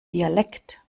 dialekt